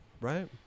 Right